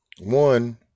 one